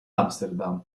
amsterdam